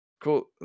cool